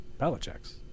Belichick's